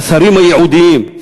והשרים הייעודיים,